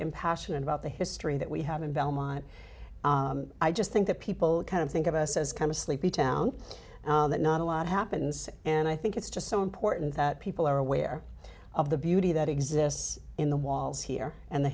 am passionate about the history that we have in belmont i just think that people kind of think of us as kind of sleepy town that not a lot happens and i think it's just so important that people are aware of the beauty that exists in the walls here and the